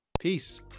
peace